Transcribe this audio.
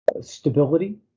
stability